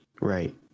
Right